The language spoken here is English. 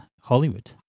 Hollywood